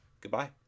goodbye